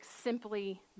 simply